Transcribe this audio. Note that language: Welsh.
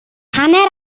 hanner